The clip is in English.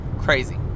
crazy